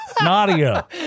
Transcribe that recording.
Nadia